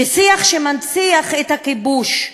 ששיח שמנציח את הכיבוש,